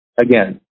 again